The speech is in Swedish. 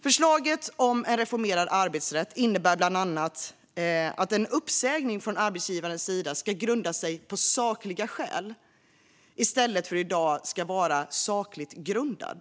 Förslaget om en reformerad arbetsrätt innebär bland annat att en uppsägning från arbetsgivarens sida ska grunda sig på "sakliga skäl" i stället för att som i dag "vara sakligt grundad".